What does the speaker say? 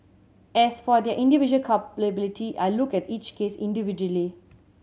as for their individual culpability I looked at each case individually